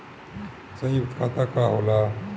सयुक्त खाता का होला?